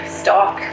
stock